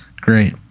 Great